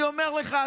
אני אומר לך,